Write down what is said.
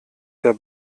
der